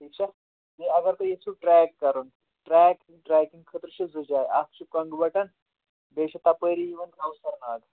ٹھیٖک چھا بیٚیہِ اَگر تُہۍ ییٚژھِو ٹرٛیک کَرُن ٹرٛیکِنٛگ ٹرٛیکِنٛگ خٲطرٕ چھِ زٕ جایہِ اَکھ چھِ کۄنٛگوَٹَن بیٚیہِ چھُ تَپٲری یِوان کَوثر ناگ